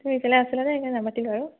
তুমি ইফালে আছিলা যে সেইকাৰণে নামাতিলোঁ আৰু